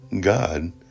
God